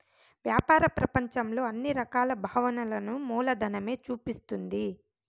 వ్యాపార ప్రపంచంలో అన్ని రకాల భావనలను మూలధనమే చూపిస్తుంది